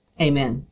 Amen